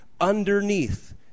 underneath